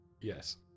Yes